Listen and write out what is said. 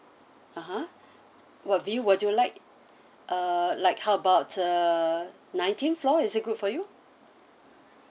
(uh huh) what view would you like uh like how about uh nineteenth floor is it good for you